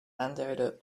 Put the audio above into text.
aanduiden